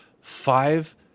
five